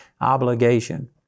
obligation